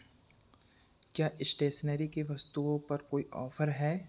क्या इश्टेस्नरी के वस्तुओं पर कोई ऑफ़र है